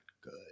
good